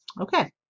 okay